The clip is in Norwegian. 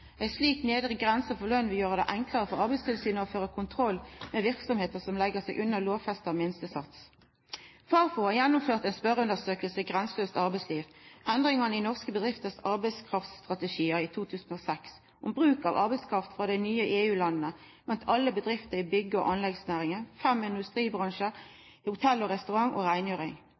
Ei slik nedre grense for løn vil gjera det enklare for Arbeidstilsynet å føra kontroll med verksemder som legg seg under lovfesta minstesats. Fafo gjennomførte i 2006 ei spørjeundersøking, «Grenseløst arbeidsliv? Endringer i norske bedrifters arbeidskraftsstrategier», om bruk av arbeidskraft frå dei nye EU-landa blant alle bedrifter i bygge- og anleggsnæringa, fem industribransjar, hotell- og restaurant- og